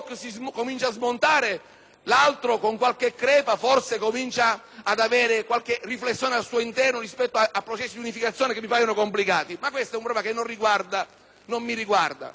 l'altro con qualche crepa forse comincia a sviluppare qualche riflessione al suo interno rispetto a processi di unificazione che mi paiono complicati. Questo è, comunque, un problema che non mi riguarda